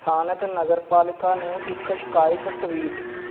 ਸਥਾਨਕ ਨਗਰਪਾਲਿਕਾ ਨੂੰ ਇੱਕ ਸ਼ਿਕਾਇਤ ਟਵੀਟ